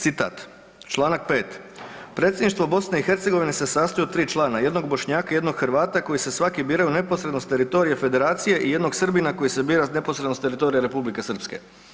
Citat: „Članak 5. Predsjedništvo BiH se sastoji od tri člana, jednog Bošnjaka, jednog Hrvata koji se svaki biraju neposredno s teritorija federacije i jednog Srbina koji se bira neposredno s teritorija Republike Srpske.